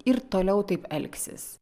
ir toliau taip elgsis